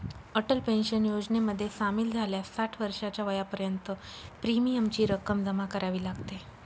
Atal pension योजनेमध्ये सामील झाल्यास साठ वर्षाच्या वयापर्यंत प्रीमियमची रक्कम जमा करावी लागते